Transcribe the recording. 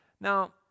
Now